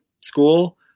school